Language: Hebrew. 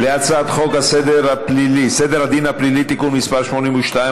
להצעת חוק סדר הדין הפלילי (תיקון מס' 82),